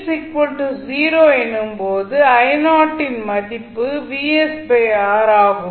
t 0 எனும் போது யின் மதிப்பு ஆகும்